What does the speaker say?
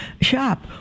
shop